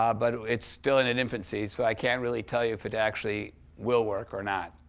um but it's still in an infancy, so i can't really tell you if it actually will work or not.